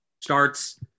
starts